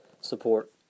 support